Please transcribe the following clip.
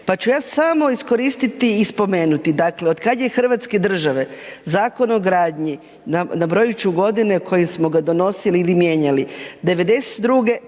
Pa ću ja samo iskoristiti i spomenuti, dakle, otkad je hrvatske države, Zakon o gradnji, nabrojit ću godine u kojim smo ga donosili ili mijenjali, 92.